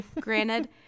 Granted